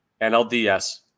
NLDS